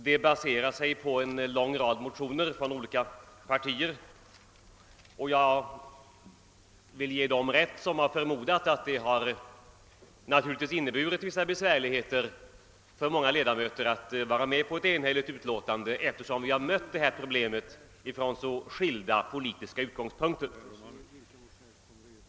Det baserar sig på en lång rad motioner från olika partier, och jag vill ge dem rätt som förmodar, att det naturligtvis inneburit vissa besvärligheter för många ledamöter att vara med på ett enhälligt utlåtande, eftersom vi mött detta problem från så skilda politiska utgångspunkter.